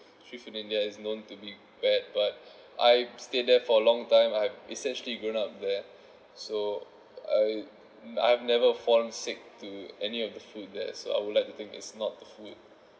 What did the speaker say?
street food in india is known to be bad but I stay there for a long time I've essentially grown up there so I I've never fallen sick to any of the food that's I would like to think it's not the food